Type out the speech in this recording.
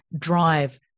drive